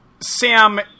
Sam